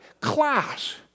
class